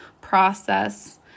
process